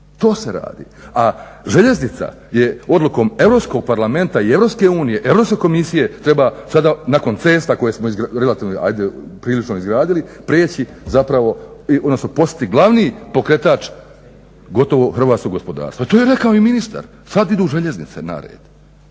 To se radi. A željeznica je odlukom Europskog parlamenta i Europske komisija treba sada nakon cesta koje smo prilično izgradili preći zapravo, odnosno postati glavni pokretač gotovo hrvatskog gospodarstva. To je rekao i ministar, sad idu željeznice na red